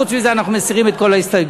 וחוץ מזה אנחנו מסירים את כל ההסתייגויות.